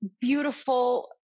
beautiful